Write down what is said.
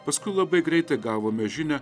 paskui labai greitai gavome žinią